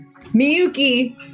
Miyuki